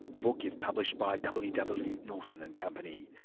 the book is published by ww ww norton and company.